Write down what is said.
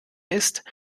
ist